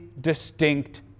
distinct